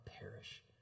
perish